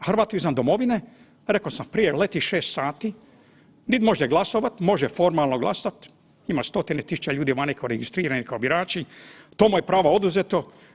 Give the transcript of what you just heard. Hrvat izvan domovine, rekao sam prije leti 6 sati, niti može glasovat, može formalno glasat, ima stotine tisuća ljudi koji su registrirani kao birači, to mu je pravo oduzeto.